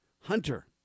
Hunter